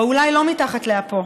או אולי לא מתחת לאפו.